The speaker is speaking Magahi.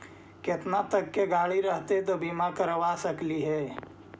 केतना तक के गाड़ी रहतै त बिमा करबा सकली हे?